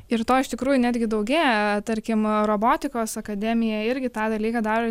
ir to iš tikrųjų netgi daugėja tarkim robotikos akademija irgi tą dalyką daro